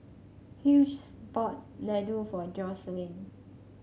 Hughes bought Ladoo for Joselin